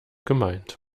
gemeint